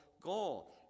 goal